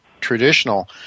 traditional